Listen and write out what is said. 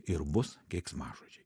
ir bus keiksmažodžiai